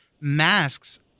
masks